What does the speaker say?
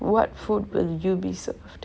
what food will you be served